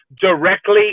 directly